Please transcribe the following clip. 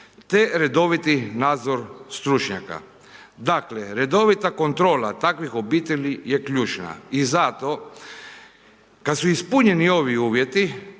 te redoviti nadzor stručnjaka. Dakle, redovita kontrola takvih obitelji je ključna. I zato, kada su ispunjeni ovi uvjet,